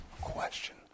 question